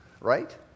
right